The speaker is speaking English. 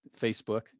Facebook